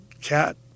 cat